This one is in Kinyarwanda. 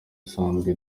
isanzwe